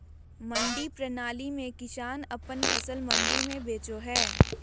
मंडी प्रणाली में किसान अपन फसल मंडी में बेचो हय